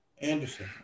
Anderson